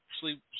sleep